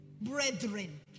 brethren